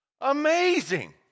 amazing